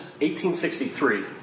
1863